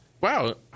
wow